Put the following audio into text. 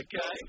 Okay